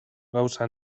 gauza